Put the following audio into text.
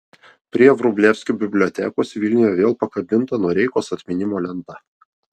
prie vrublevskių bibliotekos vilniuje vėl pakabinta noreikos atminimo lenta